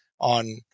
on